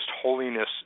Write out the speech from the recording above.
holiness